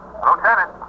Lieutenant